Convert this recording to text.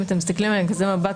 אם אתם מסתכלים בכזה מבט,